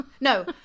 No